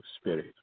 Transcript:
spirit